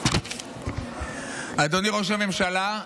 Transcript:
אדוני ראש הממשלה,